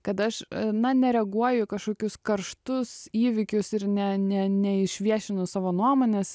kad aš na nereaguoju į kažkokius karštus įvykius ir ne ne neišviešinu savo nuomonės